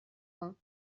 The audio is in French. vingt